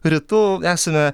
rytų esame